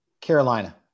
Carolina